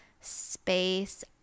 space